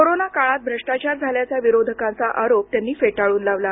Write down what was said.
corona काळात भ्रष्टाचार झाल्याचा विरोधकांचा आरोप त्यांनी फेटाळून लावला